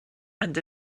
and